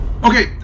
Okay